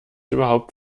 überhaupt